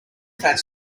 fat